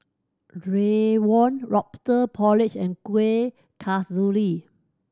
rawon Lobster Porridge and Kuih Kasturi